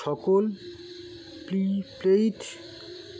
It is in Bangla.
সকল প্রিপেইড,